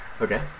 Okay